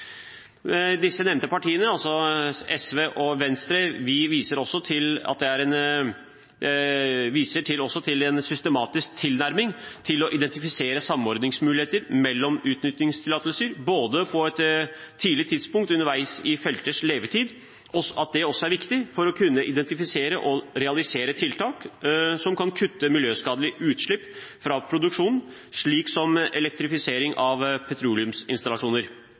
Disse nevnte partiene, SV og Venstre, viser også til at en systematisk tilnærming til å identifisere samordningsmuligheter mellom utvinningstillatelser, både på et tidlig tidspunkt og underveis i felters levetid, også er viktig for å kunne identifisere og realisere tiltak som kan kutte miljøskadelige utslipp fra produksjonen, slik som elektrifisering av petroleumsinstallasjoner.